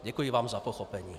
Děkuji vám za pochopení.